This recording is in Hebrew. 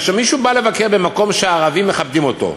כאשר מישהו בא לבקר במקום שהערבים מכבדים אותו,